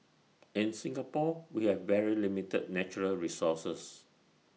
in Singapore we have very limited natural resources